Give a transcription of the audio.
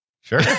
Sure